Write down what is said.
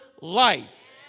life